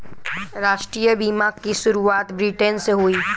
राष्ट्रीय बीमा की शुरुआत ब्रिटैन से हुई